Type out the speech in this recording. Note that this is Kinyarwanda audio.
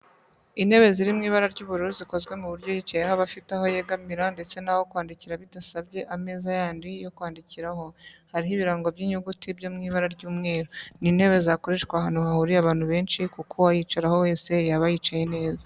Intebe ziri mu ibara ry'ubururu zikozwe ku buryo uyicayeho aba afite aho yegamira ndetse n'aho kwandikira bidasabye ameza yandi yo kwandikiraho, hariho ibirango by'inyuguti byo mw'ibara ry'umweru. Ni intebe zakoreshwa ahantu hahuriye abantu benshi kuko uwayicaraho wese yaba yicaye neza